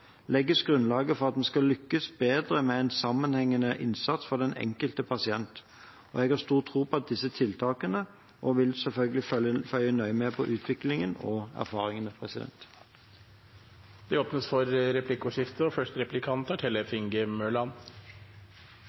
legges grunnlaget for at vi skal lykkes bedre med en sammenhengende innsats for den enkelte pasient. Jeg har stor tro på disse tiltakene og vil selvfølgelig følge nøye med på utviklingen og erfaringene. Det blir replikkordskifte. Jeg er glad for at det er